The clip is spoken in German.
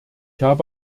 habe